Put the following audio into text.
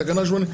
תקנה 80,